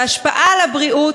ההשפעה על הבריאות,